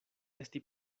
esti